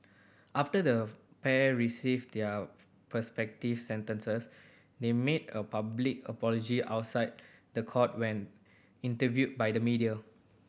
after the pair received their perspective sentences they made a public apology outside the court when interviewed by the media